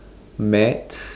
maths